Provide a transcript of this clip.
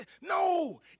no